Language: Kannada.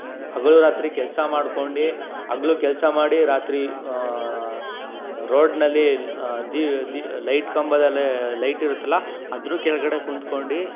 ಹಗಲು ರಾತ್ರಿ ಕೆಲಸ ಮಾಡ್ಕೊಂಡು ಹಗ್ಲು ಕೆಲಸ ಮಾಡಿ ರಾತ್ರಿ ರೋಡ್ನಲ್ಲಿ ಲೈಟ್ ಕಂಬದಲ್ಲಿ ಲೈಟ್ ಇರುತ್ತಲ್ವ ಅದ್ರ ಕೆಳಗಡೆ ಕುಂತ್ಕೊಂಡು